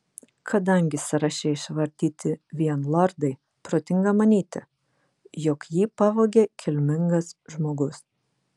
kadangi sąraše išvardyti vien lordai protinga manyti jog jį pavogė kilmingas žmogus